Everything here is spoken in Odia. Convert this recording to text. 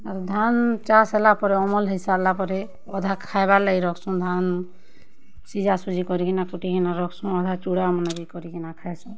ଆରୁ ଧାନ୍ ଚାଷ୍ ହେଲା ପରେ ଅମଲ୍ ହେଇ ସାର୍ଲା ପରେ ଅଧା ଖାଇବାର୍ ଲାଗି ରଖ୍ସୁଁ ଧାନ୍ ସିଝା ସୁଝି କରିକିନା କୁଟିକିନା ରଖ୍ସୁଁ ଅଧା ଚୂଡ଼ା ମାନେ ବି କରିକିନା ଖାଏସୁଁ